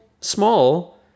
small